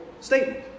statement